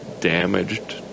damaged